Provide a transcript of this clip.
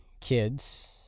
kids